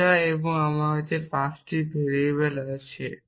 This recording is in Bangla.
থিটা এবং আমার কাছে 5টি ভেরিয়েবল আছে